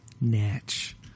Natch